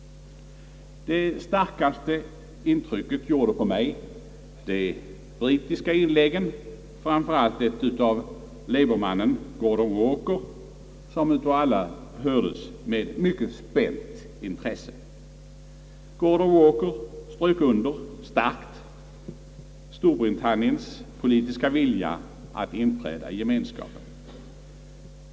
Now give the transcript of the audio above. Det starkaste intrycket gjorde på mig de brittiska inläggen, framför allt det av labourmannen Gordon Walker, som av alla åhördes med spänt intresse. Gordon Walker underströk starkt Storbritanniens politiska vilja att inträda i gemenskapen.